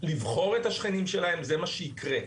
לבחור את השכנים שלהם זה מה שיקרה,